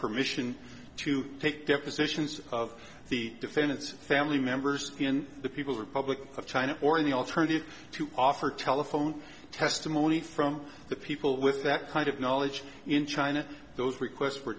mission to take depositions of the defendant's family members in the people's republic of china or in the alternative to offer telephone testimony from the people with that kind of knowledge in china those requests for